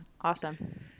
Awesome